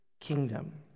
kingdom